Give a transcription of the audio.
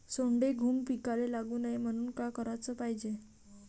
सोंडे, घुंग पिकाले लागू नये म्हनून का कराच पायजे?